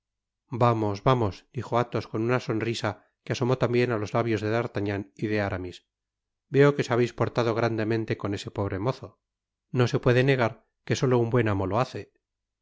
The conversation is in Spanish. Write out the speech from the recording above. vamos vamos dijo athos con una sonrisa que asomó tambien á los labios de d'artagnan y de aramis veo que os habeis portado grandemente con ese pobre mozo no se puede negar que solo un buen amo lo hace